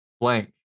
blank